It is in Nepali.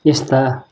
यस्ता